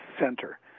center